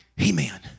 Amen